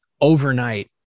overnight